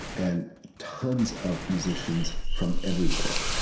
and tons of musicians from everywhere.